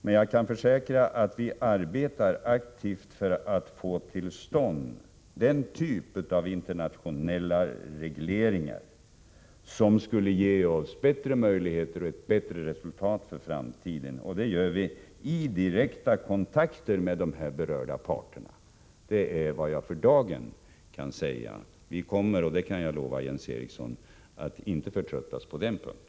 Men jag kan försäkra att vi arbetar aktivt för att få till stånd den typ av internationella regleringar som skulle ge oss ökade möjligheter att uppnå resultat för framtiden, och det gör vi i direkta kontakter med de berörda parterna. Det är vad jag för dagen kan säga. Och vi kommer inte att förtröttas på den punkten — det kan jag lova Jens Eriksson.